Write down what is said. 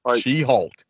She-Hulk